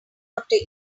after